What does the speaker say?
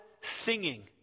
singing